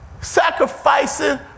sacrificing